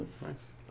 Nice